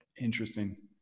Interesting